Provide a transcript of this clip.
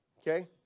okay